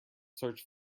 search